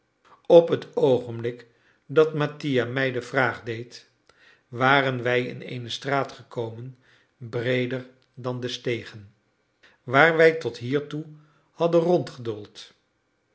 op het oogenblik dat mattia mij de vraag deed waren wij in eene straat gekomen breeder dan de stegen waar wij tot hiertoe hadden